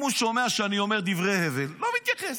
אם הוא שומע שאני אומר דברי הבל, הוא לא מתייחס.